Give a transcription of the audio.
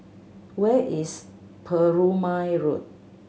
where is Perumal Road